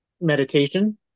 meditation